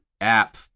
app